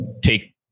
take